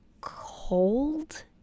cold